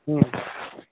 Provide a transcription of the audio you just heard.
ହୁଁ